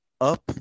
up